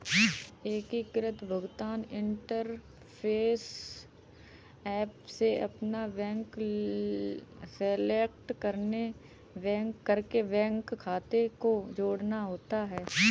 एकीकृत भुगतान interface app में अपना बैंक सेलेक्ट करके बैंक खाते को जोड़ना होता है